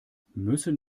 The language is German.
müssen